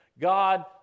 God